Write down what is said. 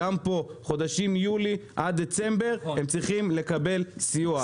גם פה בחודשים יולי עד דצמבר הם צריכים לקבל סיוע.